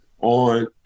on